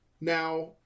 Now